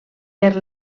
per